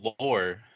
lore